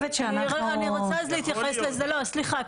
סליחה,